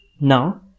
now